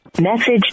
Message